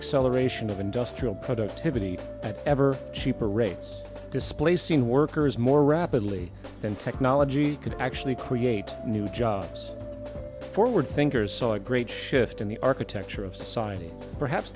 excel aeration of industrial productivity that ever cheaper rates displacing workers more rapidly than technology could actually create new jobs forward thinkers saw a great shift in the architecture of society perhaps